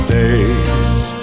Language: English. days